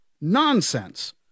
Nonsense